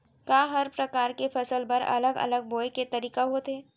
का हर प्रकार के फसल बर अलग अलग बोये के तरीका होथे?